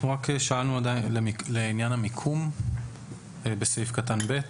אנחנו רק שאלנו, לעניין המיקום בסעיף קטן (ב),